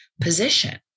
position